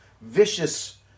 vicious